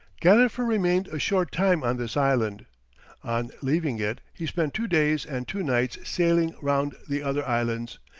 gadifer remained a short time on this island on leaving it he spent two days and two nights sailing round the other islands,